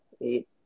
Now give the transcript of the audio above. eight